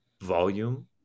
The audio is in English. volume